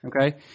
Okay